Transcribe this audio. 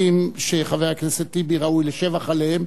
שחבר הכנסת טיבי ראוי לשבח עליהם,